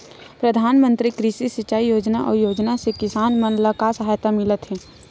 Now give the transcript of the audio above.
प्रधान मंतरी कृषि सिंचाई योजना अउ योजना से किसान मन ला का सहायता मिलत हे?